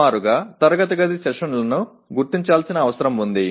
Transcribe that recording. సుమారుగా తరగతి గది సెషన్లను గుర్తించాల్సిన అవసరం ఉంది